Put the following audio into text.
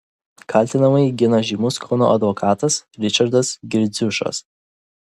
kaltinamąjį gina žymus kauno advokatas ričardas girdziušas